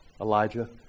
Elijah